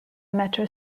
metro